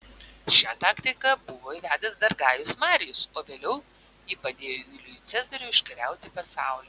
šią taktiką buvo įvedęs dar gajus marijus o vėliau ji padėjo julijui cezariui užkariauti pasaulį